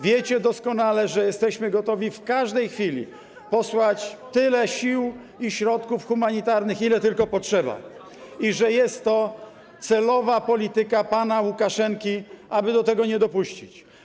Wiecie doskonale, że jesteśmy gotowi w każdej chwili posłać tyle sił i środków humanitarnych, ile tylko potrzeba, i że jest to celowa polityka pana Łukaszenki, aby do tego nie dopuścić.